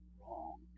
wrong